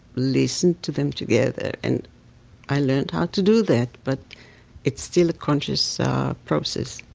listen to them together. and i learned how to do that. but it's still a conscious process.